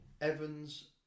Evans